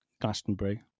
glastonbury